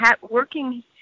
working